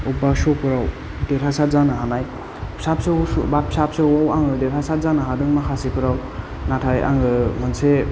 बबेबा श' फोराव देरहासार जानो हानाय फिसा फिसौ बा फिसा फिसौआव आङो देरहासार जानो हादों माखासेफोराव नाथाय आङो मोनसे